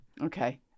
Okay